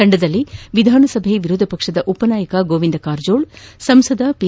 ತಂಡದಲ್ಲಿ ವಿಧಾನಸಭೆಯ ವಿರೋಧ ಪಕ್ಷದ ಉಪನಾಯಕ ಗೋವಿಂದ ಕಾರಜೋಳ ಸಂಸದ ಪಿ